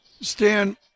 Stan